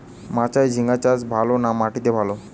মাচায় ঝিঙ্গা চাষ ভালো না মাটিতে ভালো?